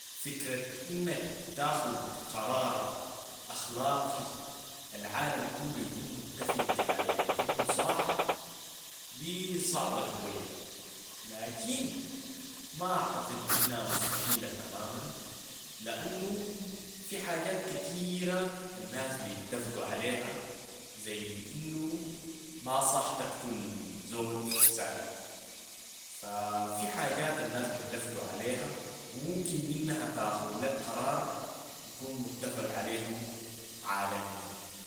فكرة إنك تاخد قرار أخلاقي العالم كلو يكون متفق علي إنو صح دي صعبة شوية، لكن ما أعتقد إنها مستحيلة تماماً لأنو في حاجات كتيرة الناس بيتفقوا عليها، زي إنو ما صح تقتل زول ساي، ففي حاجات الناس بيتفقوا عليها و ممكن منها تاخد ليك قرار يكون متفق عليو عالمياً.